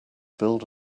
build